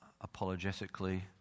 apologetically